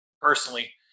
personally